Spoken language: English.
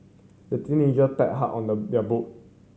the teenager paddled hard on the